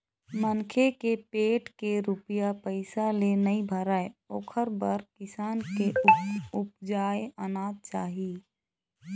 मनखे के पेट के रूपिया पइसा ले नइ भरय ओखर बर किसान के उपजाए अनाज चाही